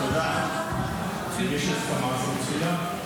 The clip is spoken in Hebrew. אם יש הסכמה זה מצוין.